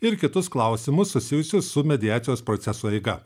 ir kitus klausimus susijusius su mediacijos proceso eiga